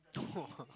!wah!